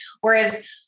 Whereas